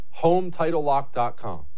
HomeTitleLock.com